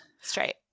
Straight